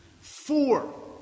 four